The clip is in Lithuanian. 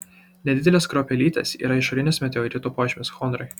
nedidelės kruopelytės yra išorinis meteorito požymis chondrai